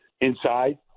inside